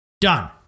done